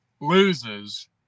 loses